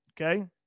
Okay